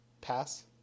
pass